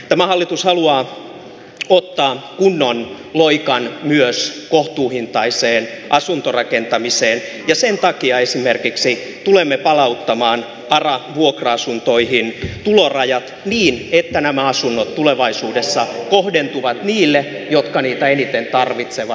tämä hallitus haluaa ottaa kunnon loikan myös kohtuuhintaiseen asuntorakentamiseen ja sen takia tulemme esimerkiksi palauttamaan ara vuokra asuntoihin tulorajat niin että nämä asunnot tulevaisuudessa kohdentuvat niille jotka niitä eniten tarvitsevat